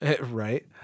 Right